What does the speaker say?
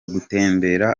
gutembera